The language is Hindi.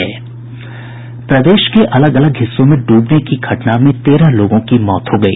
प्रदेश के अलग अलग हिस्सों में ड्रबने की घटना में तेरह लोगों की मौत हो गयी